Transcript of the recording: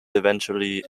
eventually